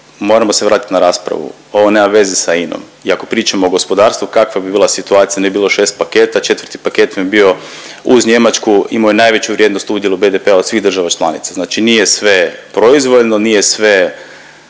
moramo se vratiti na raspravu. Ovo nema veze sa INOM i ako pričamo o gospodarstvu kakva bi bila situacija, ne bi bilo 6 paketa, 4 paket vam je bio uz Njemačku imao je najveću vrijednost u udjelu BDP-a od svih država članica. Znači nije sve proizvoljno, nije sve